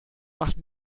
machen